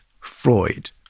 Freud